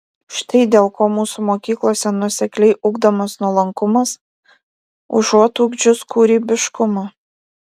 štai dėl ko mūsų mokyklose nuosekliai ugdomas nuolankumas užuot ugdžius kūrybiškumą